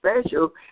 special